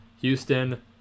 Houston